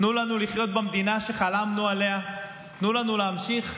תנו לנו לחיות במדינה שחלמנו עליה, תנו לנו להמשיך